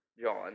John